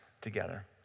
together